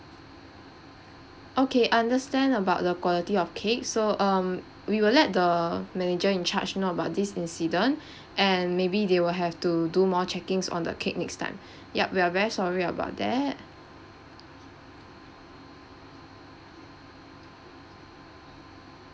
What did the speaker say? okay understand about the quality of cake so um we will let the manager in charge know about this incident and maybe they will have to do more checkings on the cake next time ya we are very sorry about that